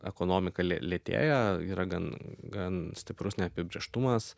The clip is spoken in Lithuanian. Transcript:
ekonomika lėtėja yra gan gan stiprus neapibrėžtumas